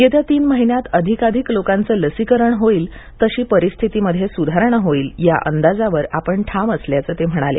येत्या तीन महिन्यात अधिकाधिक लोकांचं लसीकरण होईल तशी परिस्थितीत सुधारणा होईल या अंदाजावर ठाम असल्याचं ते म्हणाले